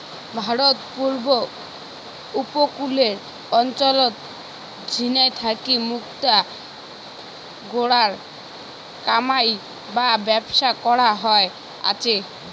ভারতত পুব উপকূলের অঞ্চলত ঝিনাই থাকি মুক্তা যোগারের কামাই বা ব্যবসা করা হয়া আচে